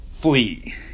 flee